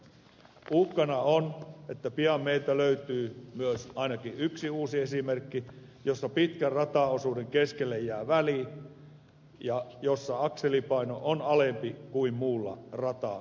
uhkana on että pian meiltä löytyy myös ainakin yksi uusi esimerkki jossa pitkän rataosuuden keskelle jää väli jossa akselipaino on alempi kuin muulla rataosuudella